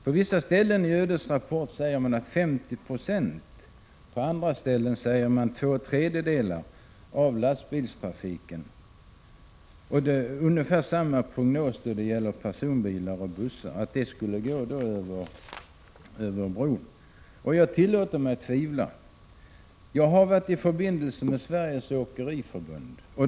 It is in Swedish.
På vissa ställen säger man 50 96 och på andra två tredjedelar av lastbilstrafiken, och man har ungefär samma prognos då det gäller personbilar och bussar som skulle gå över bron. Jag tillåter mig tvivla. Jag har varit i förbindelse med Sveriges åkeriförbund.